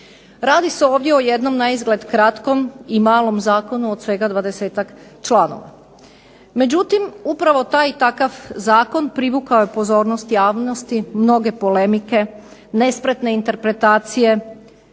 Radi se ovdje o jednom naizgled kratkom i malom zakonu od svega dvadesetak članova. Međutim, upravo taj i takav zakon privukao je pozornost javnosti, mnoge polemike, nespretne interpretacije